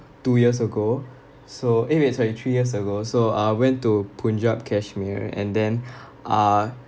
two years ago so eh wait sorry three years ago so I went to punjab kashmir and then uh